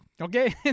Okay